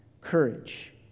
courage